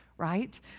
right